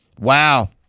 Wow